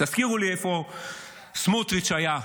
תזכירו לי איפה סמוטריץ' היה,